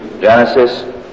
Genesis